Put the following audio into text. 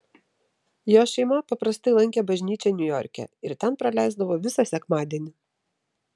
jos šeima paprastai lankė bažnyčią niujorke ir ten praleisdavo visą sekmadienį